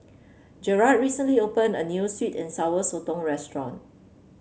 Jarad recently opened a new sweet and Sour Sotong restaurant